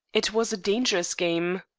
it was a dangerous game!